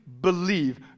believe